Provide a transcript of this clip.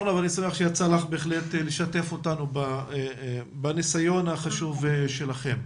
אני שמח שיצא לך לשתף אותנו בניסיון החשוב שלכם.